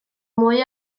mwy